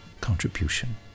contribution